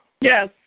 Yes